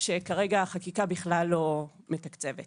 שכרגע החקיקה כלל לא מתקצבת.